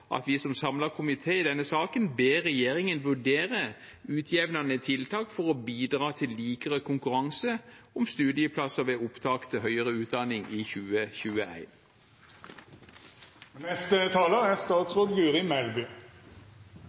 at vi som samlet komité i denne saken ber regjeringen vurdere utjevnende tiltak for å bidra til likere konkurranse om studieplasser ved opptak til høyere utdanning i 2021. Det er litt hyggelig, syns jeg, å være statsråd